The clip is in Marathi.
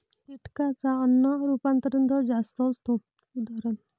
कीटकांचा अन्न रूपांतरण दर जास्त असतो, उदा